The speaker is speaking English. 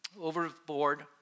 overboard